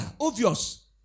obvious